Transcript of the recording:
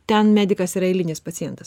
ten medikas yra eilinis pacientas